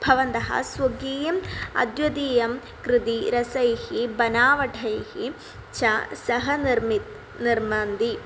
भवन्तः स्वकीयम् अद्वतीयं कृते रसैः बनावठैः च सह निर्मातुं निर्मान्ति